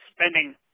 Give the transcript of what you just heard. spending